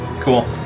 Cool